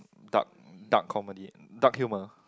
dark dark comedic dark humor